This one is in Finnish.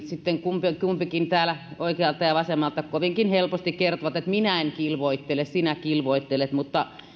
sitten kummatkin täällä oikealta ja vasemmalta kovinkin helposti kertoivat että minä en kilvoittele sinä kilvoittelet mutta